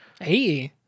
Hey